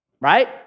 right